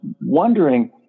wondering